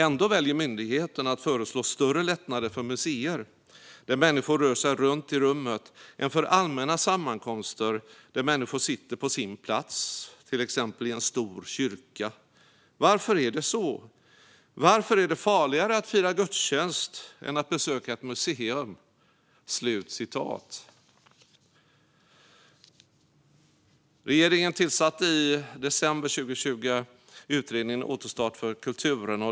Ändå väljer myndigheten att föreslå större lättnader för museer, där människor rör sig runt i rummet, än för allmänna sammankomster där människor sitter på sin plats, till exempel i en stor kyrka. Varför är det så? Varför är det farligare att fira gudstjänst än att besöka ett museum?" Regeringen tillsatte i december 2020 en utredning om återstart för kulturen.